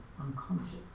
unconscious